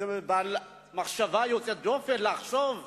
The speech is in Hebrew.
בעל מחשבה יוצאת דופן לחשוב,